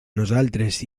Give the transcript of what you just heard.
nosaltres